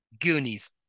Goonies